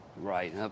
Right